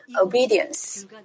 obedience